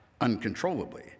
uncontrollably